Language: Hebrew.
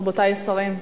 רבותי השרים,